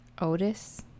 Otis